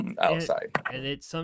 outside